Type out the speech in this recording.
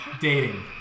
Dating